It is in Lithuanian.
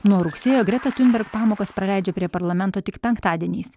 nuo rugsėjo greta tiunberg pamokas praleidžia prie parlamento tik penktadieniais